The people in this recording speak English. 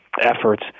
efforts